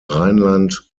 rheinland